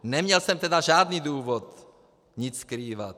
Neměl jsem teda žádný důvod nic skrývat.